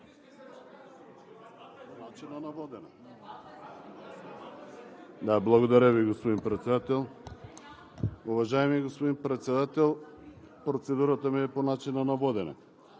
Благодаря Ви, господин Председател. Уважаеми господин Председател, процедурата ми е по начина на водене.